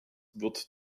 wird